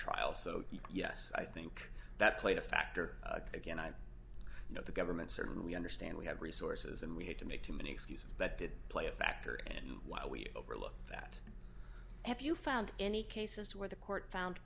trial so yes i think that played a factor again i know the government certainly understand we have resources and we have to make too many excuses that did play a factor and while we overlook that if you found any cases where the court found